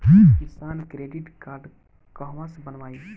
किसान credit card कहवा से बनवाई?